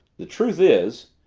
the truth is,